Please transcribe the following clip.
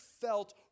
felt